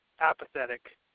apathetic